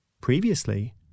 Previously